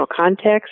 context